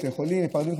בתי חולים ופרמדיקים,